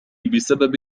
بسبب